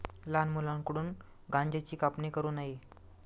लहान मुलांकडून गांज्याची कापणी करू नये